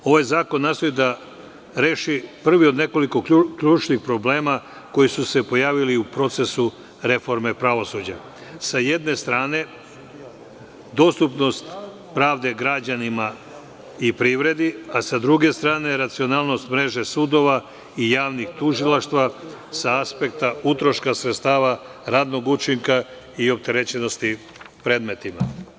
Ovaj zakon nastoji da reši prvi od nekoliko ključnih problema koji su se pojavili u procesu reforme pravosuđa, s jedne strane dostupnost pravde građanima i privredi, a s druge strane, racionalnost mreže sudova, javnih tužilaštava sa aspekta utroška sredstava, radnog učinka i opterećenosti predmetima.